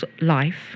life